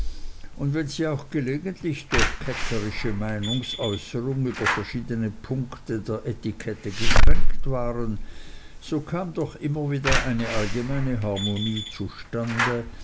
und wenn sie auch gelegentlich durch ketzerische meinungsäußerung über verschiedne punkte der etikette gekränkt waren so kam doch immer wieder eine allgemeine harmonie zustande